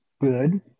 good